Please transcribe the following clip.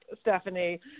Stephanie